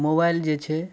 mobile जे छै